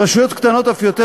ברשויות קטנות אף יותר,